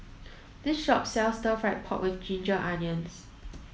this shop sells stir fried pork with ginger onions